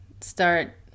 start